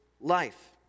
life